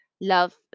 love